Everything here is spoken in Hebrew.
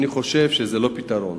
אני חושב שזה לא פתרון,